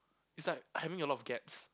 it's like having a lot of gaps